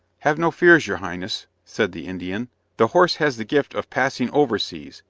have no fears, your highness, said the indian the horse has the gift of passing over seas,